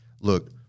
look